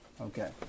Okay